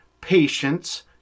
patience